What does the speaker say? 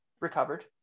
recovered